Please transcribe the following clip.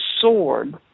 sword